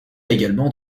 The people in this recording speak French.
également